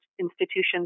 institutions